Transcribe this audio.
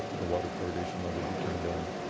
the water fluoridation level be turned down.